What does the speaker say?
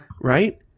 right